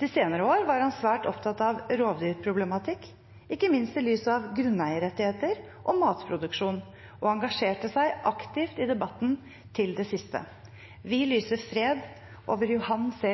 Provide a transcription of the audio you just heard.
De senere år var han svært opptatt av rovdyrproblematikk, ikke minst i lys av grunneierrettigheter og matproduksjon, og engasjerte seg aktivt i debatten til det siste. Vi lyser fred over Johan C.